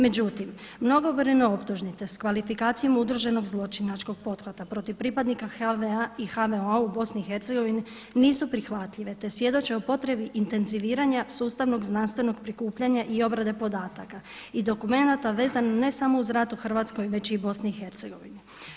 Međutim, mnogobrojne optužnice s kvalifikacijom udruženog zločinačkog pothvata protiv pripadnika HV-a i HVO-a u Bosni i Hercegovini nisu prihvatljive, te svjedoče o potrebi intenziviranja sustavnog znanstvenog prikupljanja i obrade podataka i dokumenata vezano ne samo uz rat u Hrvatskoj već i u Bosni i Hercegovini.